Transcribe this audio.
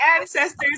ancestors